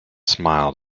smiled